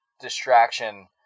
distraction